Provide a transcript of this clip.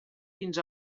fins